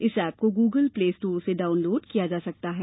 इस एप को Google Play Store से डाउनलोड किया जा सकता है